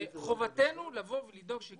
לכן היום פנינו לשניהם על מנת שזה